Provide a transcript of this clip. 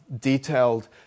detailed